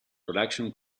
production